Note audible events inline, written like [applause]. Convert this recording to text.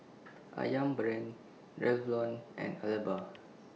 Ayam Brand Revlon and [unintelligible]